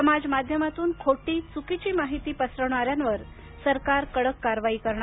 समाज माध्यमातून खोटी चुकीची माहिती पसरवणाऱ्यावर सरकार कडक कारवाई करणार